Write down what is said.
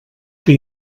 que